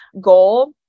goal